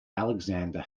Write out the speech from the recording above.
alexander